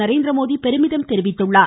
நரேந்திரமோடி பெருமிதம் தெரிவித்துள்ளார்